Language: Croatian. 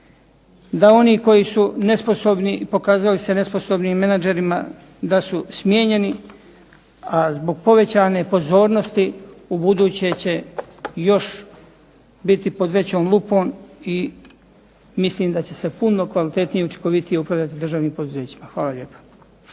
da oni koji su se pokazali nesposobnim menadžerima da su smijenjeni, a zbog povećane pozornosti ubuduće će još biti pod većom lupom i mislim da će se puno kvalitetnije i učinkovitije upravljati državnim poduzećima. Hvala lijepo.